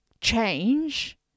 change